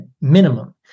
minimum